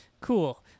Cool